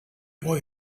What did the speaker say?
boy